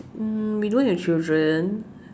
mm we don't have children